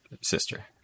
sister